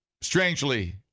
strangely